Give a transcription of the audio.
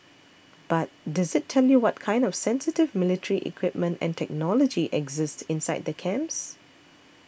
but does it tell you what kind of sensitive military equipment and technology exist inside the camps